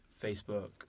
Facebook